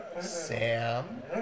Sam